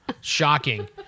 Shocking